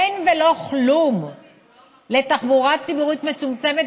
אין ולא כלום לתחבורה ציבורית מצומצמת